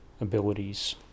abilities